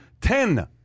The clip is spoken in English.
Ten